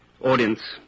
Audience